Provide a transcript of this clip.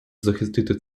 захистити